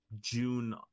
june